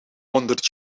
honderd